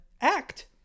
act